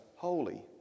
Holy